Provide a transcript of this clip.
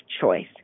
choice